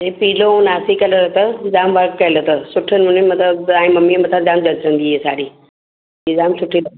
हे पीलो नासी कलर अथसि जाम वर्क कयलु अथसि सुठे नमूने मतलबु तव्हांजी मम्मीअ जे मथां जाम जचंदी हीअ साड़ी हीअ जाम सुठी अथव